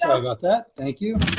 about that, thank you.